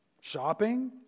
shopping